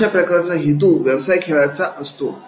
अशा प्रकारचा हेतू व्यवसाय खेळाचा असतो